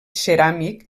ceràmic